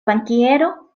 bankiero